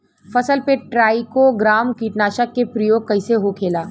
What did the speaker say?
फसल पे trichogramma कीटनाशक के प्रयोग कइसे होखेला?